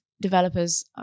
developers